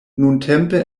nuntempe